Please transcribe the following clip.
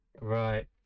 Right